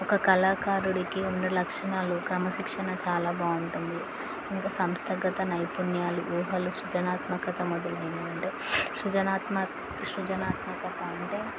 ఒక కళాకారుడికి ఉన్న లక్షణాలు క్రమశిక్షణ చాలా బాగుంటుంది ఇంకా సంస్థాగత నైపుణ్యాలు ఊహలు సృజనాత్మకత మొదలైనవి అంటే సృజనాత్మ సృజనాత్మకత అంటే